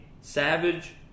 Savage